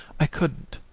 i couldn't.